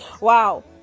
Wow